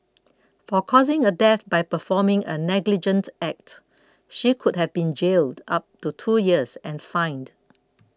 for causing a death by performing a negligent act she could have been jailed up to two years and fined